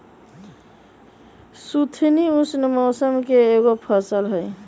सुथनी उष्ण मौसम के एगो फसल हई